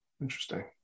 interesting